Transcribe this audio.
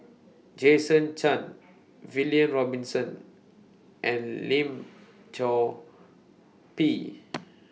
Jason Chan William Robinson and Lim Chor Pee